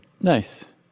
Nice